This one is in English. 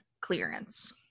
clearance